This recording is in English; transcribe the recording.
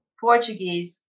Portuguese